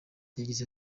yagize